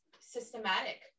systematic